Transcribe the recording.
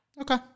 Okay